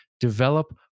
develop